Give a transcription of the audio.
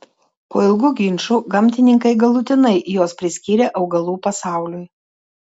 po ilgų ginčų gamtininkai galutinai juos priskyrė augalų pasauliui